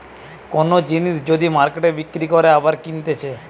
কোন জিনিস যদি মার্কেটে বিক্রি করে আবার কিনতেছে